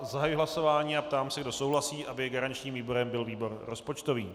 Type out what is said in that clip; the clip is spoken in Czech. Zahajuji hlasování a ptám se, kdo souhlasí, aby garančním výborem byl výbor rozpočtový.